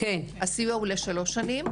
כן, הסיוע הוא לשלוש שנים.